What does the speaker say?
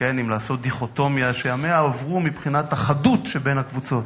אם לעשות דיכוטומיה שימיה עברו מבחינת החדות שבין הקבוצות.